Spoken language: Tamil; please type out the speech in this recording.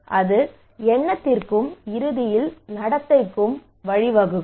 அது எண்ணத்திற்கும் இறுதியில் நடத்தைக்கும் வழிவகுக்கும்